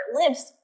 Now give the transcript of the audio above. lives